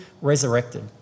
resurrected